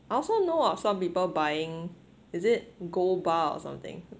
I also know of some people buying is it gold bar or something